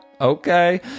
okay